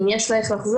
אם יש לה איך לחזור,